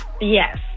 Yes